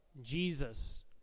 Jesus